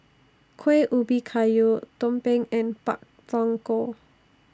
Kueh Ubi Kayu Tumpeng and Pak Thong Ko